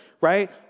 right